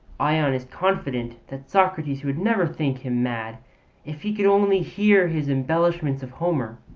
ion is confident that socrates would never think him mad if he could only hear his embellishments of homer.